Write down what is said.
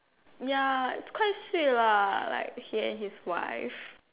ya it's quite sick lah like he and his wife